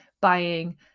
buying